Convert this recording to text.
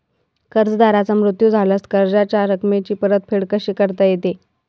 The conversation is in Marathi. कर्जदाराचा मृत्यू झाल्यास कर्जाच्या रकमेची परतफेड कशी करता येते?